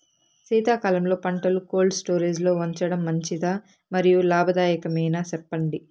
శీతాకాలంలో పంటలు cold storage లో ఉంచడం మంచిదా? మరియు లాభదాయకమేనా, సెప్పండి